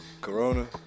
Corona